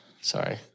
Sorry